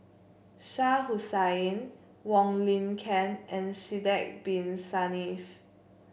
Shah Hussain Wong Lin Ken and Sidek Bin Saniff